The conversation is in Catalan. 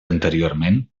anteriorment